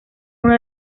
uno